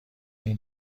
این